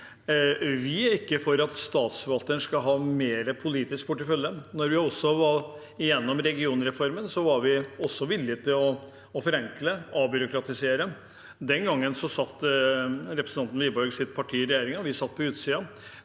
Vi er ikke for at Statsforvalteren skal ha større politisk portefølje. Når vi var gjennom regionreformen, var vi også villige til å forenkle og avbyråkratisere. Den gangen satt representanten Wiborgs parti i regjering, vi satt på utsiden.